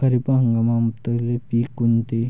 खरीप हंगामातले पिकं कोनते?